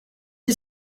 est